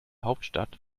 hauptstadt